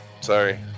sorry